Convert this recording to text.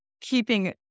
keeping